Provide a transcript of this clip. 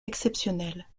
exceptionnelles